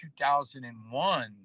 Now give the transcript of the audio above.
2001